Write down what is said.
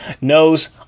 knows